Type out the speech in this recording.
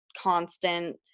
constant